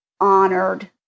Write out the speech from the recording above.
honored